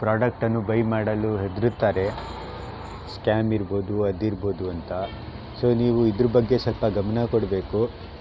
ಪ್ರಾಡಕ್ಟನ್ನು ಬೈ ಮಾಡಲು ಹೆದರುತ್ತಾರೆ ಸ್ಕ್ಯಾಮ್ ಇರ್ಬೋದು ಅದಿರ್ಬೋದು ಅಂತ ಸೊ ನೀವು ಇದ್ರ ಬಗ್ಗೆ ಸ್ವಲ್ಪ ಗಮನ ಕೊಡಬೇಕು